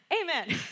Amen